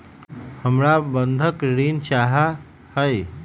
हमरा बंधक ऋण चाहा हई